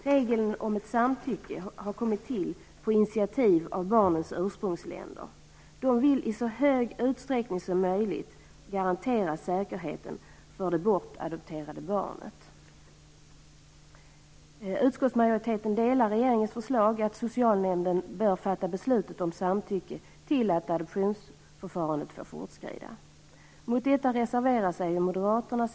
Regeln om ett samtycke har kommit till på initiativ av barnens ursprungsländer. De vill i så hög utsträckning som möjligt garantera säkerheten för det bortadopterade barnet. Utskottsmajoriteten delar regeringens uppfattning att socialnämnden bör fatta beslutet om samtycke till att adoptionsförfarandet får fortskrida.